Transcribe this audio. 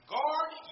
Guard